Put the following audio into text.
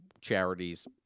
charities